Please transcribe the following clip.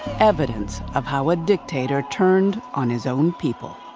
evidence of how a dictator turned on his own people.